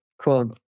cool